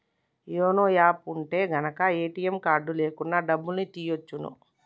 YONO app ఉంటె గనక ATM card లేకున్నా డబ్బుల్ని తియ్యచ్చును